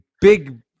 big